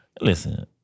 Listen